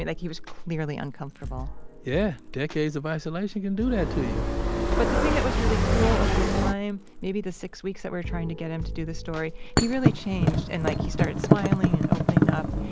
like, he was clearly uncomfortable yeah. decades of isolation can do that to you but the thing that was really cool over the time, maybe the six weeks that we were trying to get him to do the story, he really changed. and, like, he started smiling and opening up.